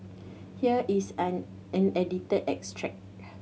here is an edited extract